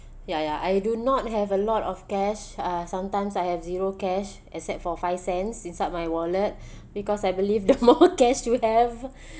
ya ya I do not have a lot of cash uh sometimes I have zero cash except for five cents inside my wallet because I believe the more cash you have